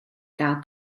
gael